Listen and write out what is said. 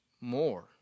more